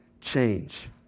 change